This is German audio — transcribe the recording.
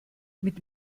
mit